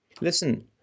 listen